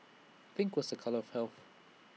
pink was A colour of health